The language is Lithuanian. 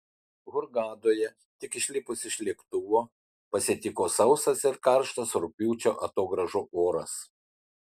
hurgadoje tik išlipus iš lėktuvo pasitiko sausas ir karštas rugpjūčio atogrąžų oras